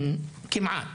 כמעט,